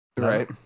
Right